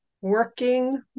working